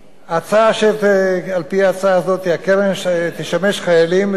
על-פי ההצעה הזאת הקרן תשמש חיילים משוחררים